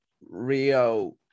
Rio